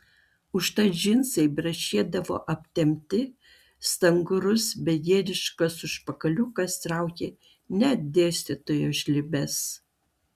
užtat džinsai braškėdavo aptempti stangrus begėdiškas užpakaliukas traukė net dėstytojų žlibes